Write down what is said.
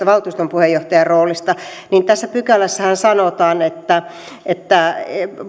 valtuuston puheenjohtajan roolista että tässä pykälässähän sanotaan että että